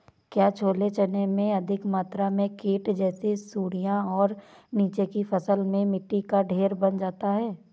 क्या छोले चने में अधिक मात्रा में कीट जैसी सुड़ियां और नीचे की फसल में मिट्टी का ढेर बन जाता है?